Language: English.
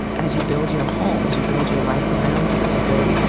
as you build your home, as you build your life around you, as you build,